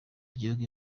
igihugu